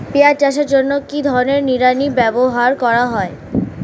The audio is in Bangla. পিঁয়াজ চাষের জন্য কি ধরনের নিড়ানি ব্যবহার করা হয়?